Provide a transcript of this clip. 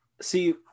See